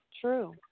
True